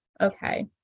okay